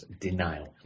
denial